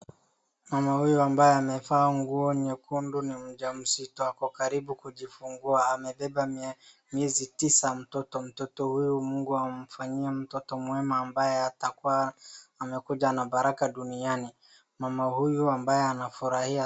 Mama huyu ambaye amevaa nguo nyekundu ni mjamzito ako karibu kujifungua, amebeba miezi tisa mtoto, mtoto huyu Mungu amfanyie mtoto mema ambaye atakuwa amekuja na baraka duniani, mama huyu ambaye anafurahia.